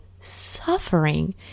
suffering